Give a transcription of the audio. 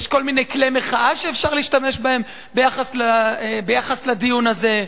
יש כל מיני כלי מחאה שאפשר להשתמש בהם בדיון הזה.